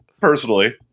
personally